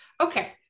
Okay